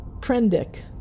Prendick